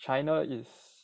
china is